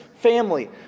family